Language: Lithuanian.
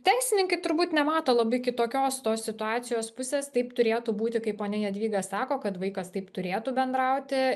teisininkai turbūt nemato labai kitokios tos situacijos pusės taip turėtų būti kaip ponia jadvyga sako kad vaikas taip turėtų bendrauti